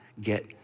get